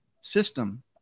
system